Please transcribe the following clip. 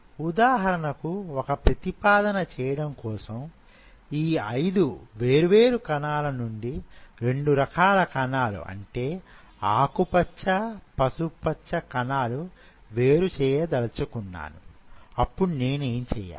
ఉదాహరణకు ఒక ప్రతిపాదన చేయడం కోసం ఈ ఐదు వేర్వేరు కణాల నుండి రెండు రకాల కణాలు అంటే ఆకుపచ్చ పసుపు పచ్చ కణాలు వేరు చేయదలచుకున్నాను అప్పుడు నేనేం చేయాలి